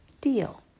Deal